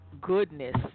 goodness